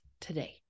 today